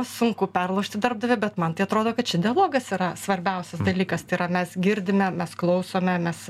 sunku perlaužti darbdavį bet man tai atrodo kad čia dialogas yra svarbiausias dalykas tai yra mes girdime mes klausome mes